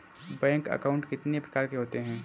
Bank account कितने प्रकार के होते हैं?